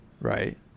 Right